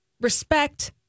respect